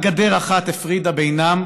רק גדר אחת הפרידה בינם